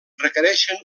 requereixen